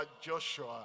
Joshua